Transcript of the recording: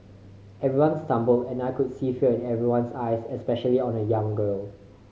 everyone stumbled and I could see fear in everyone's eyes especially on a young girl